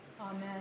Amen